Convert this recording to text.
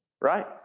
right